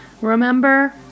Remember